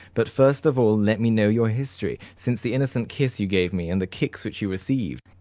but first of all let me know your history, since the innocent kiss you gave me and the kicks which you received.